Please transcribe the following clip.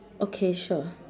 okay sure